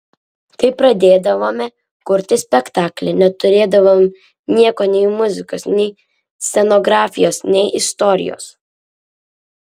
kai pradėdavome kurti spektaklį neturėdavome nieko nei muzikos nei scenografijos nei istorijos